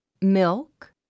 milk